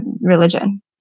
religion